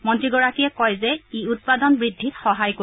মন্ত্ৰীগৰাকীয়ে কয় যে ই উৎপাদন বৃদ্ধিত সহায় কৰিব